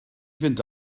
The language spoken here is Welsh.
fynd